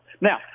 Now